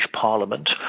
Parliament